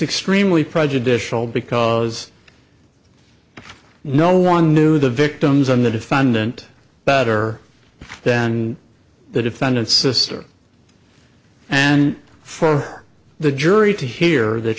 extremely prejudicial because no one knew the victims and the defendant better then the defendant's sister and for the jury to hear that